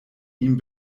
ihm